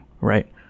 Right